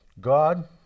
God